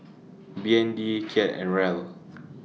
B N D Kyat and Riel